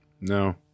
No